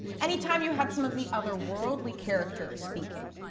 anytime you have some of the other worldly characters speaking,